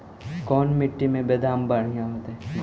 कोन मट्टी में बेदाम बढ़िया होतै?